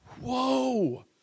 Whoa